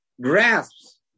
grasps